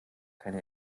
keine